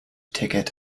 ticket